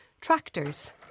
tractors